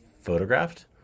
photographed